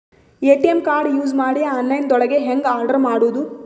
ATM card use ಮಾಡಿ online ದೊಳಗೆ ಹೆಂಗ್ ಆರ್ಡರ್ ಮಾಡುದು?